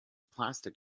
plastic